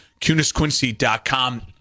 CunisQuincy.com